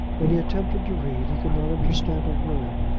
when he attempted to read he could not understand a word,